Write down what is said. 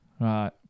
Right